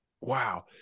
wow